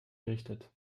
errichtet